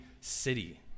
city